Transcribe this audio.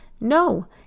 No